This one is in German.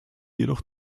jedoch